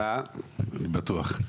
אני בטוח.